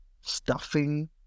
stuffing